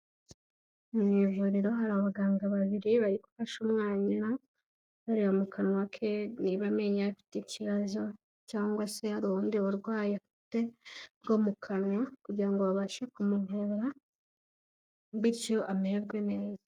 Mu ivuriro hari abaganga babiri bari gufashe umwana, bareba mu kanwa ke niba amenyo ye afite ikibazo, cyangwa se hari ubundi burwayi afite bwo mu kanwa, kugira ngo babashe kumuvura, bityo amererwe neza.